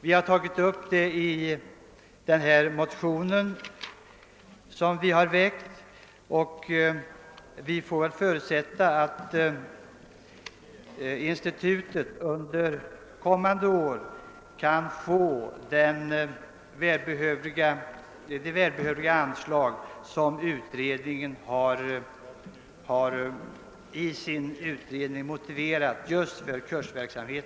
Vi har tagit upp frågan i vår motion och får väl förutsätta att institutet under kommande år kan få de välbehövliga anslag för kursverksamheten som utredningen motiverat.